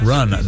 Run